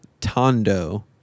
tondo